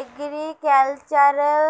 agricultural